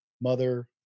mother